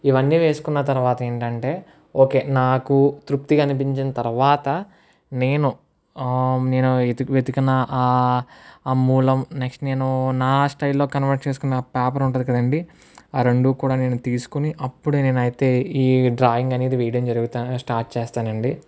ఇవన్నీ వేసుకున్న తర్వాత ఏంటంటే ఓకే నాకు తృప్తిగా అనిపించిన తర్వాత నేను నేను వెతి వెతికిన ఆ మూలం నెక్స్ట్ నేను నా స్టైల్ లో కన్వర్ట్ చేసుకున్న ఆ పేపర్ ఉంటుంది కదండి ఆ రెండూ కూడా నేను తీసుకుని అప్పుడు నేను అయితే ఈ డ్రాయింగ్ అనేది వేయడం జరుగుతా స్టార్ట్ చేస్తానండి